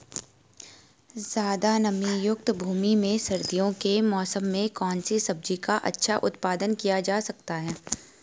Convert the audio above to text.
ज़्यादा नमीयुक्त भूमि में सर्दियों के मौसम में कौन सी सब्जी का अच्छा उत्पादन किया जा सकता है?